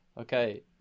Okay